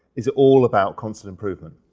is it all about constant improvement?